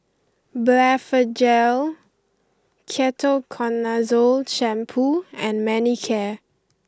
Blephagel Ketoconazole shampoo and Manicare